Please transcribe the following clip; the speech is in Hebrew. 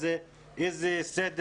לאף אחד